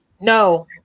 No